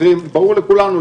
ברור לכולנו,